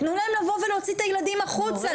תנו להם לבוא ולהוציא את הילדים החוצה,